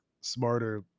smarter